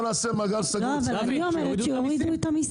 אבל אני אומרת שיורידו את המסים.